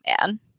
man